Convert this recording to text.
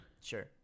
Sure